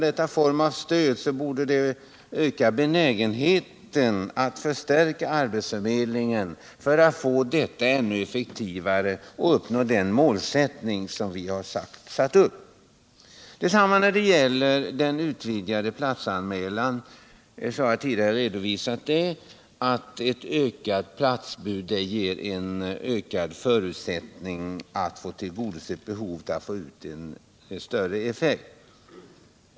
Får näringslivet stöd borde detta väl öka benägenheten att förstärka arbetsförmedlingarna för att få större effektivitet och uppnå det mål som vi satt upp för arbetsmarknadspolitiken. Detsamma gäller en utvidgning av den allmänna platsanmälan. Som tidigare redovisats ger en ökning av platsutbudet bättre förutsättningar att uppnå större effekt.